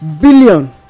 billion